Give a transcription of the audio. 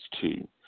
two